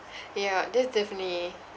yeah that's definitely